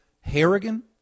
Harrigan